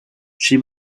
she